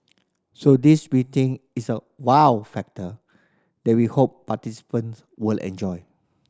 so this we think is a wow factor that we hope participants will enjoy